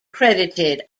credited